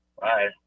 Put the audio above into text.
Bye